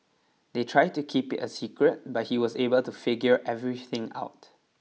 they tried to keep it a secret but he was able to figure everything out